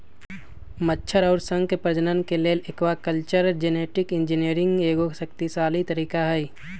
मछर अउर शंख के प्रजनन के लेल एक्वाकल्चर जेनेटिक इंजीनियरिंग एगो शक्तिशाली तरीका हई